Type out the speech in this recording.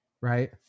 Right